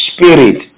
Spirit